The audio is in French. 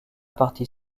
partie